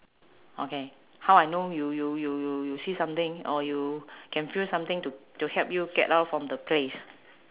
okay how I know you you you you you see something or you can feel something to to help you get out from the place